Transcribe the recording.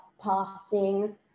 passing